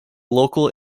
local